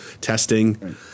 testing